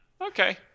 okay